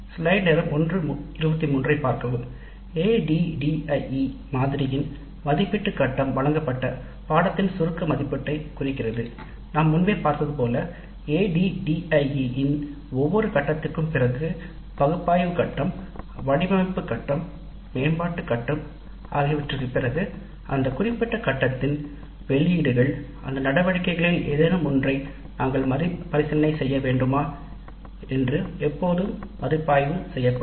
ADDIE மாதிரியின் மதிப்பீட்டு கட்டம் பாடத்தின் சுருக்கமான மதிப்பீட்டைக் குறிக்கிறது நாம் முன்பு பார்த்தது போல் ADDIE இன் ஒவ்வொரு கட்டத்திற்கும் பிறகு பகுப்பாய்வு கட்டத்திற்குப் பிறகு வடிவமைப்பு கட்டம் மேம்பாட்டு கட்டம் குறிப்பிட்ட கட்டத்தின் வெளியீடுகளை செயல்படுத்துதல் அந்த நடவடிக்கைகளில் ஏதேனும் ஒன்றை நாங்கள் மறுபரிசீலனை செய்ய வேண்டுமா என்று எப்போதும் மதிப்பாய்வு செய்யப்படும்